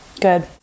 Good